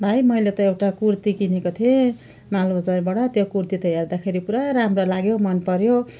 भाइ मैले त एउटा कुर्ती किनेको थिएँ माल बजारबाट त्यो कुर्ती त हेर्दाखेरि पुरा राम्रो लाग्यो मनपर्यो